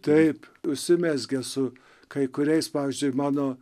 taip užsimezgė su kai kuriais pavyzdžiui mano